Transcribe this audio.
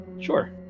Sure